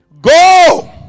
Go